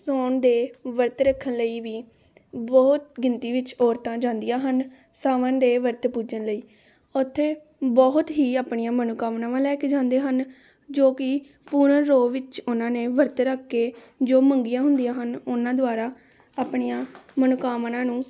ਸਾਉਣ ਦੇ ਵਰਤ ਰੱਖਣ ਲਈ ਵੀ ਬਹੁਤ ਗਿਣਤੀ ਵਿੱਚ ਔਰਤਾਂ ਜਾਂਦੀਆਂ ਹਨ ਸਾਵਨ ਦੇ ਵਰਤ ਪੂਜਣ ਲਈ ਉੱਥੇ ਬਹੁਤ ਹੀ ਆਪਣੀਆਂ ਮਨੋਕਾਮਨਾਵਾਂ ਲੈ ਕੇ ਜਾਂਦੇ ਹਨ ਜੋ ਕਿ ਪੂਰਨ ਰੋਹ ਵਿੱਚ ਉਹਨਾਂ ਨੇ ਵਰਤ ਰੱਖ ਕੇ ਜੋ ਮੰਗੀਆਂ ਹੁੰਦੀਆਂ ਹਨ ਉਹਨਾਂ ਦੁਆਰਾ ਆਪਣੀਆਂ ਮਨੋਕਾਮਨਾ ਨੂੰ